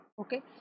okay